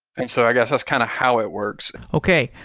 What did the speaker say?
and so i guess, that's kind of how it works okay.